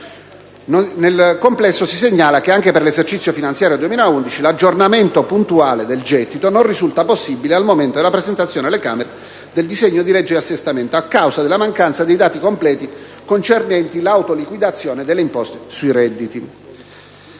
Nel complesso, si segnala che, anche per l'esercizio finanziario 2011, l'aggiornamento puntuale del gettito non risulta possibile al momento della presentazione alle Camere del disegno di legge di assestamento, a causa della mancanza dei dati completi concernenti l'autoliquidazione delle imposte sui redditi.